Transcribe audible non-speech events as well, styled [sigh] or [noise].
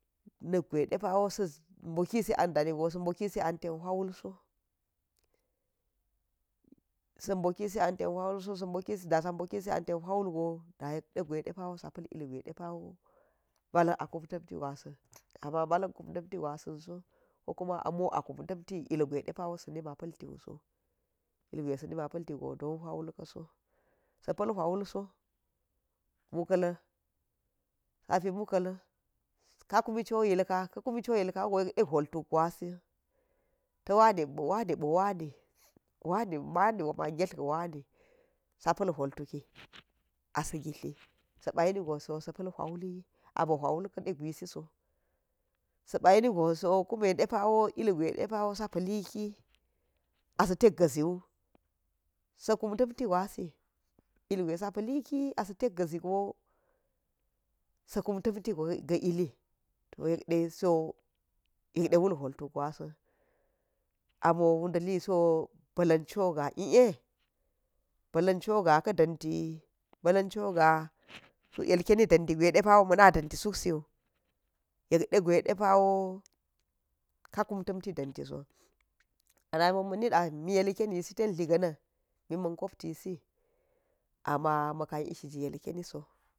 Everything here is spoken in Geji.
Na̱ gwa degawo mbokisi an danigo mboki an ten hwa wulso da [hesitation] sa mboki an ten hwo wul go dayek degwe dapawo mbala̱n a kum tam tig was sa̱n am mbala̱n kum tam ti gwasin so, ko kuma amo a kum tamti ilgwa sa̱ nima paltiwu s, sa pal hwul wul so mu kal sa pi mika̱l kakumi choy ilka ka̱ kumi choy ilka wugo yekde hwokuk gwasin ta̱ wani boo wani [unintelligible] wani man ngatla ga̱ wan isa pal hwol tuki asa̱ gitli sa̱ ɓayeni go sa̱ pa̱l hwawulyi aɓi hwawul ka̱ zi wu kum tamti gwasi ilgwe sa pa̱liki a a sa̱ tek ga̱zi go sa̱ kam tamti illi to yek de so yek wul hwol tuk gwasom a mo wuda̱ liso ba̱ lan cho ga lo ba̱la̱n choga suk yelke nig we mna danti suksi wu, yek de gwe depawo ka kum tamti dafi so am ma mo ma̱n ni da mi yilkeni si ten tliganan mi ma̱n koptisi amma ma̱ ka̱n ishi ji yilkeni so.